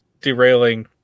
derailing